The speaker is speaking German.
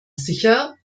sicher